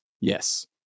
Yes